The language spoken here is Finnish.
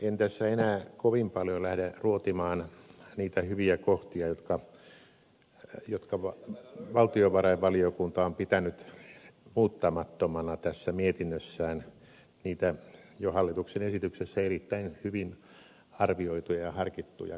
en tässä enää kovin paljon lähde ruotimaan niitä hyviä kohtia jotka valtiovarainvaliokunta on pitänyt muuttamattomina tässä mietinnössään niitä jo hallituksen esityksessä erittäin hyvin arvioituja ja harkittuja kohtia